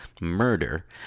Murder